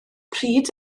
pryd